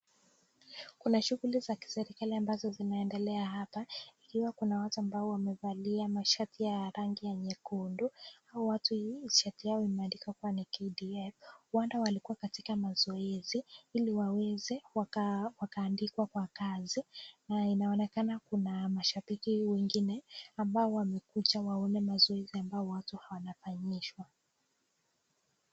Kuna shughuli za kiserekali ambazo zinaendelea hapa ikiwa kuna watu ambao wamevalia mashati ya rangi ya nyekundu. Hawa watu hii shati yao imeandikwa kua ni KDF no wonder walikua katika mazoezi, ili waweze wakaandikwa kwa kazi. Inaonekana kuna mashabiki wengine ambao wamekuja waone mazoezi ambazo wanafanyishwa.